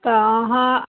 तऽ अहाँ